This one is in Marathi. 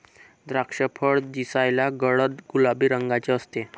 द्राक्षफळ दिसायलाही गडद गुलाबी रंगाचे असते